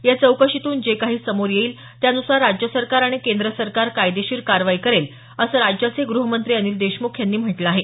या चौकशीतून जे काही समोर येईल त्यानुसार राज्य सरकार आणि केंद्रसरकार कायदेशीर कारवाई करेल असं राज्याचे ग्रहमंत्री अनिल देशमुख यांनी म्हटलं आहे